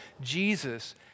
Jesus